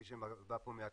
מי שבא פה מהתעשייה,